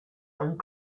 and